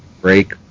break